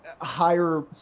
higher